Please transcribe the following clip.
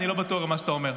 אני לא בטוח במה שאתה אומר.